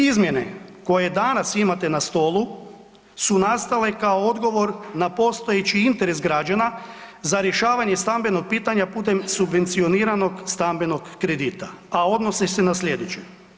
Izmjene koje danas imate na stolu su nastale kao odgovor na postojeći interes građana za rješavanje stambenog pitanja putem subvencioniranog stambenog kredita, a odnosi se na slijedeće.